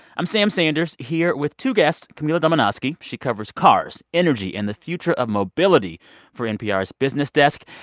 i'm sam sanders here with two guests camila domonoske. yeah she covers cars, energy and the future of mobility for npr's business desk.